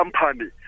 company